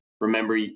remember